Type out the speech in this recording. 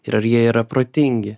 ir ar jie yra protingi